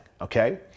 okay